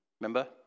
Remember